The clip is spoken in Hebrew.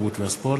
התרבות והספורט,